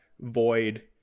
void